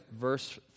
verse